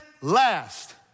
last